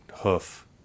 Hoof